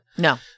No